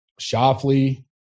Shoffley